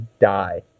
die